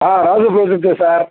రాజు ప్రొవిజన్సే సార్